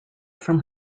from